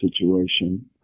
situation